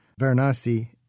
Varanasi